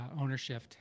ownership